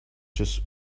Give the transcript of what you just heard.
just